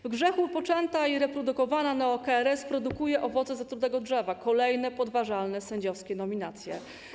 W grzechu poczęta i reprodukowana neo-KRS produkuje owoce zatrutego drzewa - kolejne podważalne sędziowskie nominacje.